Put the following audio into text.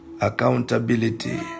Accountability